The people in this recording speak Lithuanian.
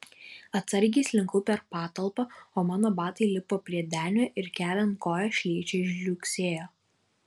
atsargiai slinkau per patalpą o mano batai lipo prie denio ir keliant koją šlykščiai žliugsėjo